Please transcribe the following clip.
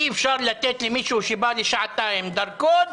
אי-אפשר לתת למישהו שבא לשעתיים דרכון,